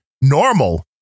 normal